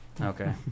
Okay